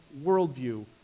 worldview